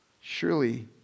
surely